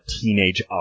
Teenage